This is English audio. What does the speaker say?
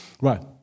Right